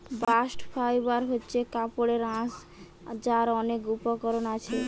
bast fibre হচ্ছে কাপড়ের আঁশ যার অনেক উপকরণ আছে